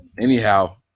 anyhow